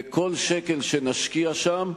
וכל שקל שנשקיע שם,